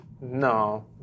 No